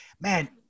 man